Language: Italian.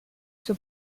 suo